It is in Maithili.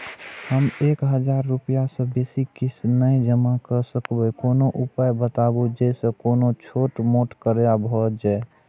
हम एक हजार रूपया से बेसी किस्त नय जमा के सकबे कोनो उपाय बताबु जै से कोनो छोट मोट कर्जा भे जै?